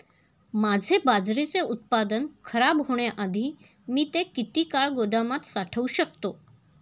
माझे बाजरीचे उत्पादन खराब होण्याआधी मी ते किती काळ गोदामात साठवू शकतो?